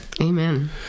Amen